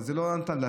אבל זה לא היה ניתן.